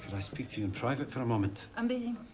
but i speak to you in private for a moment? i'm busy.